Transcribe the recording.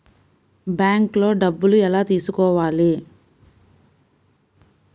బ్యాంక్లో డబ్బులు ఎలా తీసుకోవాలి?